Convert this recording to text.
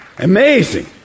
Amazing